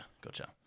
gotcha